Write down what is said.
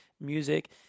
music